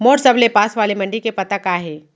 मोर सबले पास वाले मण्डी के पता का हे?